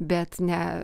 bet ne